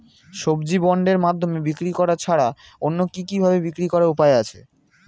সবজি বন্ডের মাধ্যমে বিক্রি করা ছাড়া অন্য কি কি ভাবে বিক্রি করার উপায় আছে?